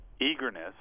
eagerness